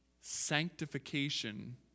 sanctification